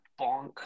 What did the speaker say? bonk